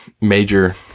major